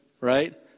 right